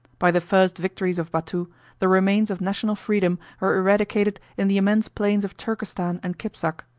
by the first victories of batou, the remains of national freedom were eradicated in the immense plains of turkestan and kipzak.